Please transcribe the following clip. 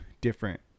different